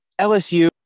LSU